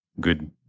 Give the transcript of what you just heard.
good